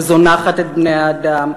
וזונחת את בני-האדם,